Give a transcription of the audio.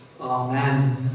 Amen